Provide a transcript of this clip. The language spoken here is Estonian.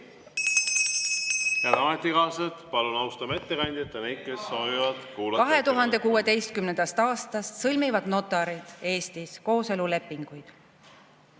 Head ametikaaslased, palun austame ettekandjat ja neid, kes soovivad kuulata! 2016. aastast sõlmivad notarid Eestis kooselulepinguid.